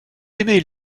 aimait